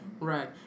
Right